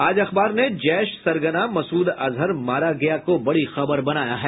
आज अखबार ने जैश सरगना मसूद अजहर मारा गया को बड़ी खबर बनाया है